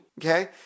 okay